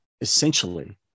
essentially